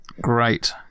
Great